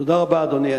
תודה רבה, אדוני.